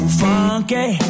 funky